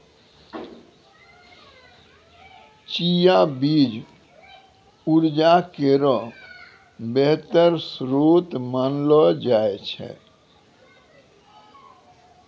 चिया बीज उर्जा केरो बेहतर श्रोत मानलो जाय छै